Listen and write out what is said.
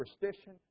superstition